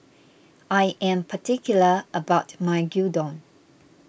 I am particular about my Gyudon